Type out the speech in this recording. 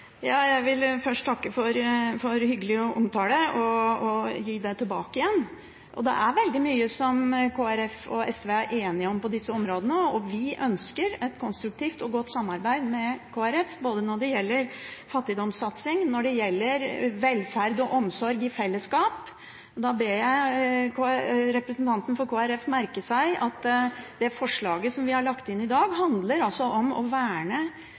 Jeg vil først takke for hyggelig omtale og si det samme. Det er veldig mye som Kristelig Folkeparti og SV er enige om på disse områdene. Vi ønsker et konstruktivt og godt samarbeid med Kristelig Folkeparti, både når det gjelder fattigdomssatsing, og når det gjelder velferd og omsorg i fellesskap. Da ber jeg representanten for Kristelig Folkeparti merke seg at det forslaget som vi har lagt inn i dag, handler om å verne